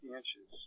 inches